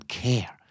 care